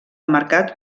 mercat